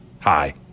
Hi